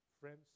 friends